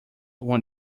won